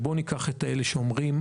בוא ניקח את אלה שאומרים,